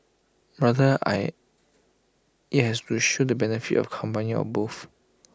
rather I IT has to show the benefit of combining both